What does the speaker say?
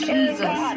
Jesus